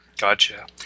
Gotcha